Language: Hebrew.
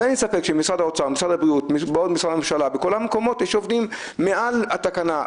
אבל אין לי ספק שבכל משרדי הממשלה ישנם עובדים מעבר לתקנה.